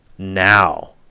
now